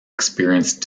experienced